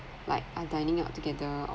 like uh dining out together or